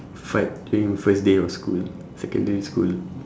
fight during the first day of school secondary school